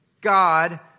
God